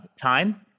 time